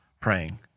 praying